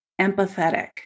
empathetic